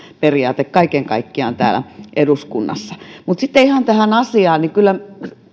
periaate kaiken kaikkiaan täällä eduskunnassa mutta sitten ihan tähän asiaan kyllä